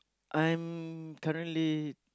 I'm currently